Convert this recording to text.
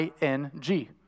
ing